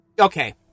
Okay